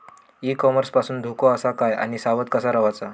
E commerce पासून धोको आसा काय आणि सावध कसा रवाचा?